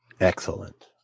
Excellent